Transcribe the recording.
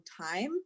time